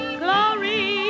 glory